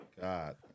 God